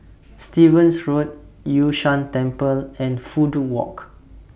Stevens Road Yun Shan Temple and Fudu Walk